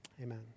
Amen